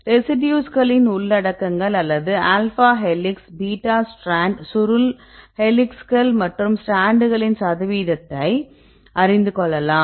ரெசிடியூஸ்களின் உள்ளடக்கங்கள் அல்லது ஆல்பா ஹெலிக்ஸ் பீட்டா ஸ்ட்ராண்ட் சுருள் ஹெலிக்ஸ்கள் மற்றும் ஸ்ட்ராண்ட்களின் சதவீதத்தை அறிந்து கொள்ளலாம்